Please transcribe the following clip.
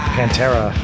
Pantera